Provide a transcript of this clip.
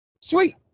Sweet